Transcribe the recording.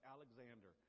Alexander